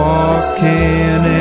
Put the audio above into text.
Walking